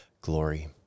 glory